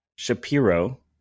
Shapiro